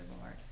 Lord